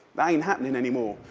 not and happening anymore.